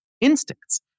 instincts